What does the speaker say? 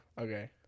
Okay